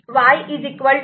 Y A'